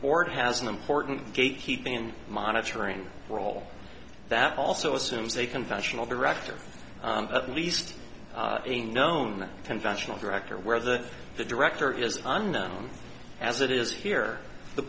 board has an important gate keeping in monitoring role that also assumes a conventional director at least a known conventional director where the the director is unknown as it is here the